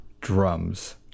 drums